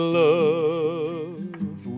love